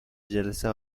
جلسه